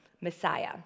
Messiah